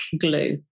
glue